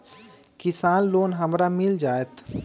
किसान लोन हमरा मिल जायत?